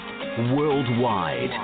worldwide